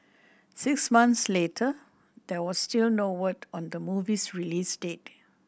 six months later there was still no word on the movie's release date